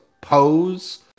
pose